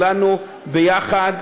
וכולנו ביחד.